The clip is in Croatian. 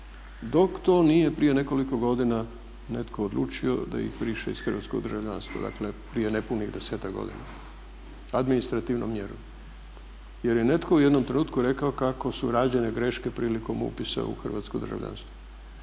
dok to nije prije nekoliko godina netko odlučio da ih briše iz hrvatskog državljanstva. Dakle, prije nepunih 10-ak godina administrativnom mjerom. Jer je netko u jednom trenutku rekao kako su rađene greške prilikom upisa u hrvatsko državljanstvo.